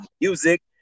music